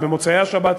ובמוצאי השבת,